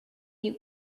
you